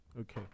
okay